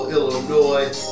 Illinois